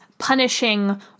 punishing